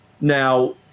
Now –